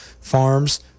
farms